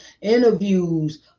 interviews